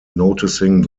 noticing